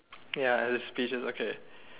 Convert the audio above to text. ya it is peaches okay